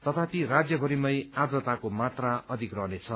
तथापि राज्यभरिमै आईताको मात्रा अधिक रहनेछ